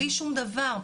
בלי שום דבר,